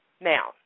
Now